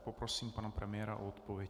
Poprosím pana premiéra o odpověď.